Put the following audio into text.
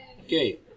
Okay